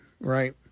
Right